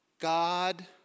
God